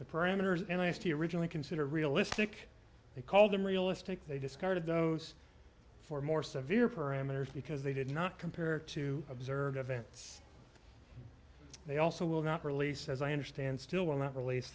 the parameters and i asked he originally considered realistic they called them realistic they discarded those for more severe parameters because they did not compare to observed events they also will not release as i understand still will not release